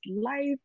life